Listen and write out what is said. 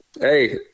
Hey